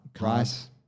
Rice